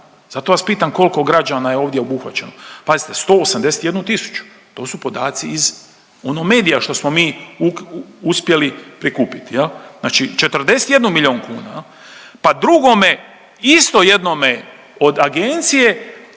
Zato vas pitam, koliko građana je ovdje obuhvaćeno? Pazite, 181 tisuću. To su podaci iz ono medija što smo mi uspjeli prikupiti, je li? Znači 41 milijun kuna, pa drugome isto jednome od agencije,